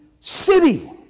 city